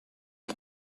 and